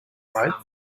right